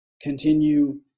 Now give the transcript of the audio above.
continue